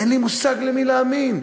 אין לי מושג למי להאמין,